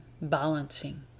balancing